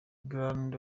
grand